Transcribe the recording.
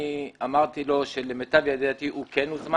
אני אמרתי לו שלמיטב ידיעתי הוא כן הוזמן